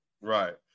right